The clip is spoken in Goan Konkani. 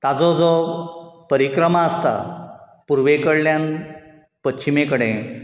ताचो जो परिक्रमा आसता पुर्वे कडल्यान पश्चिमे कडेन